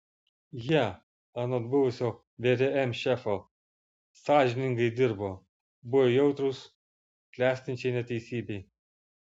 jie anot buvusio vrm šefo sąžiningai dirbo buvo jautrūs klestinčiai neteisybei